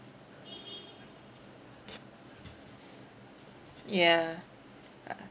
yeah uh uh